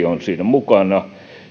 on siinä mukana